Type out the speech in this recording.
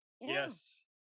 Yes